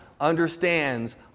understands